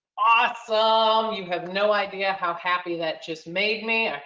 awesome, um you have no idea how happy that just made me.